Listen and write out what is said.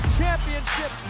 championship